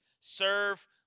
serve